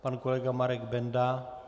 Pan kolega Marek Benda.